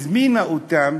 הזמינה אותם